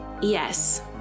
Yes